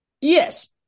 Yes